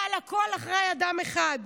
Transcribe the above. ועל הכול אחראי אדם אחד,